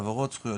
העברות זכויות,